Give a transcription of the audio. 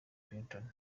clinton